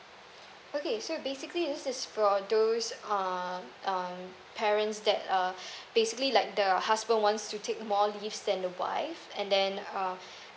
okay so basically this is for those uh uh parents that uh basically like the husband wants to take more leaves than the wife and then uh